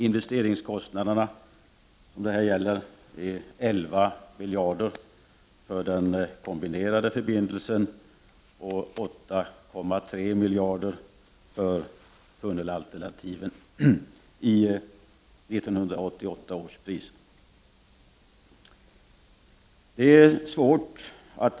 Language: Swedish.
Investeringskostnaderna är 11 miljarder för den kombinerade förbindelsen och 8,3 miljarder för tunnelalternativet i 1988 års priser.